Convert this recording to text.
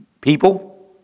People